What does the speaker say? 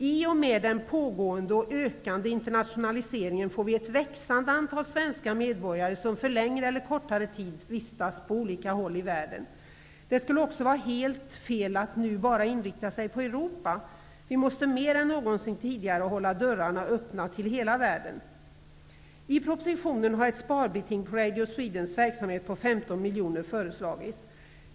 I och med den pågående och ökande internationaliseringen får vi ett växande antal svenska medborgare som för längre eller kortare tid vistas på olika håll i världen. Det skulle också vara helt fel att nu bara inrikta sig på Europa. Vi måste mer än någonsin tidigare hålla dörrarna öppna till hela världen. I propositionen har ett sparbeting om 15 miljoner kronor för Radio Swedens verksamhet föreslagits.